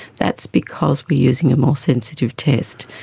that's because we are using a more sensitive test.